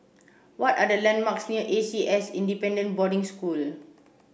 what are the landmarks near A C S Independent Boarding School